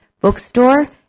bookstore